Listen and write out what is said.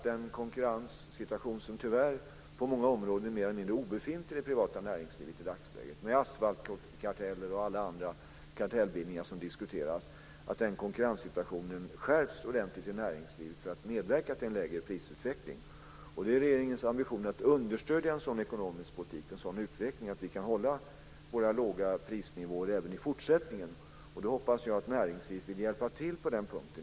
Den konkurrenssituation som tyvärr på många områden är mer eller mindre obefintlig i det privata näringslivet i dagsläget, med asfaltkarteller och alla andra kartellbildningar som diskuteras, måste skärpas ordentligt för att medverka till en lägre prisutveckling. Det är regeringens ambition att understödja en sådan ekonomisk politik och en sådan utveckling så att vi kan hålla våra låga prisnivåer även i fortsättningen. Jag hoppas att näringslivet vill hjälpa till på den punkten.